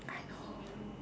I know